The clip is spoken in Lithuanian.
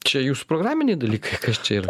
čia jūsų programiniai dalykai kas čia yra